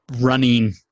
running